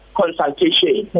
consultation